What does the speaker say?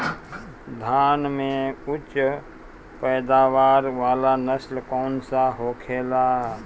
धान में उच्च पैदावार वाला नस्ल कौन सा होखेला?